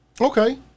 Okay